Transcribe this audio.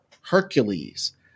Hercules